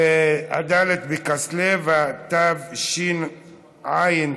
ד' בכסלו התשע"ט,